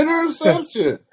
Interception